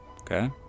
okay